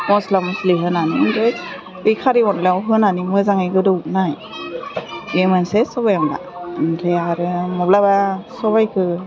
मस्ला मस्लि होनानै आमफ्राय बे खारि अनलायाव होनानै मोजाङै गोदौ नाय बे मोनसे सबाइ अनला ओमफ्राय आरो माब्लाबा सबाइखौ